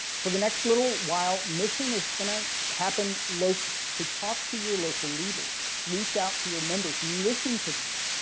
for the next little while mission is going to happen locally. so talk to your local leaders reach out to your members, listen to them.